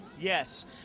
Yes